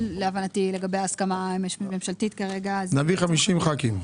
להבנתי הסכמה ממשלתית כרגע --- נביא 50 ח"כים.